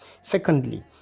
secondly